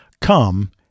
Come